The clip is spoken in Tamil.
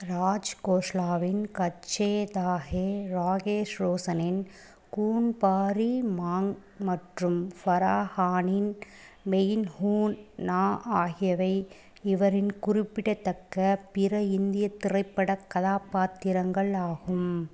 ராஜ்கோஸ்லாவின் கச்சே தாகே ராகேஷ் ரோஷனின் கூன் பாரி மாங் மற்றும் ஃபராகானின் மெயின் ஹூன் நா ஆகியவை இவரின் குறிப்பிடத்தக்க பிற இந்தி திரைப்ப்பட கதாபாத்திரங்கள் ஆகும்